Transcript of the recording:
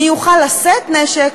מי יוכל לשאת נשק.